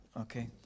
Okay